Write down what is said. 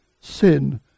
sin